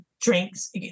drinks